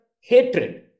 hatred